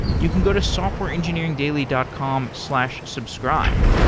you can go to softwareengineeringdaily dot com slash subscribe.